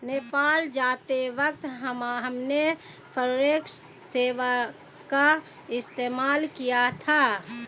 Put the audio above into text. नेपाल जाते वक्त हमने फॉरेक्स सेवा का इस्तेमाल किया था